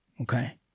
Okay